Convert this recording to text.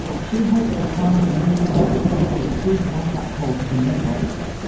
she hopes the tyalgum energy project will be a big wake-up call to the networks.